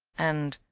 and,